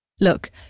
Look